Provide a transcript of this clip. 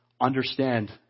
understand